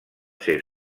ser